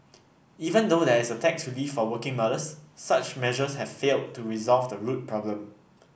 even though there is tax relief for working mothers such measures have failed to resolve the root problem